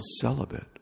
celibate